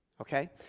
okay